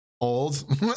old